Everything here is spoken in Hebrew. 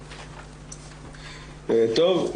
טוב,